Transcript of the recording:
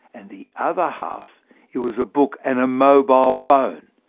and the other half it was a book and a mobile phone.